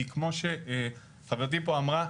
כי כמו שחברתי פה אמרה,